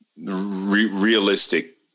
realistic